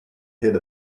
hit